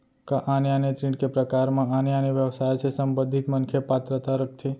का आने आने ऋण के प्रकार म आने आने व्यवसाय से संबंधित मनखे पात्रता रखथे?